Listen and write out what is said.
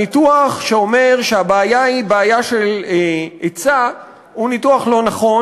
הניתוח שאומר שהבעיה היא בעיה של היצע הוא ניתוח לא נכון.